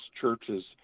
churches